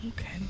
Okay